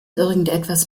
irgendetwas